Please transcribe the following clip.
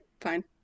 Fine